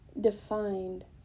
defined